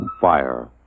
fire